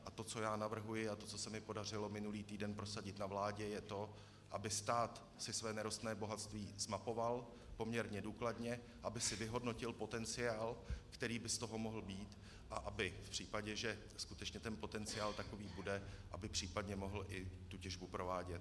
A to, co já navrhuji, a to, co se mi podařilo minulý týden prosadit na vládě, je to, aby si stát své nerostné bohatství zmapoval poměrně důkladně, aby si vyhodnotil potenciál, který by z toho mohl být, a aby v případě, že skutečně ten potenciál takový bude, mohl těžbu provádět.